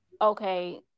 okay